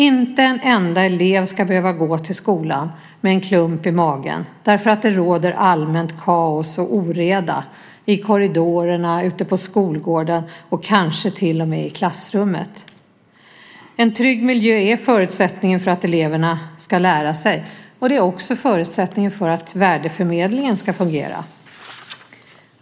Inte en enda elev ska behöva gå till skolan med en klump i magen därför att det råder allmänt kaos och oreda i korridorerna, ute på skolgården och kanske till och med i klassrummet. En trygg miljö är förutsättningen för att eleverna ska lära sig. Det är också förutsättningen för att värdeförmedlingen ska fungera.